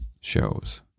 shows